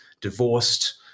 divorced